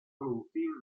producir